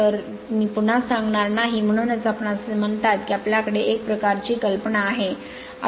तर मी पुन्हा सांगणार नाही म्हणूनच आपणास असे म्हणतात की आपल्याकडे एक प्रकारची कल्पना आहे